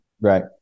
Right